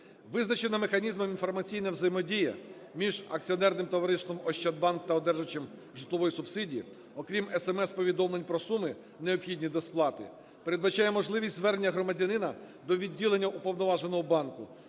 Визначена механізмом інформаційна взаємодія між акціонерним товариством "Ощадбанк" та одержувачем житлової субсидії, окрім SMS-повідомлень, про суми, необхідні до сплати, передбачає можливість звернення громадянина до відділення уповноваженого банку,